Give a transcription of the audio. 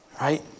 Right